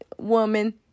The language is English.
woman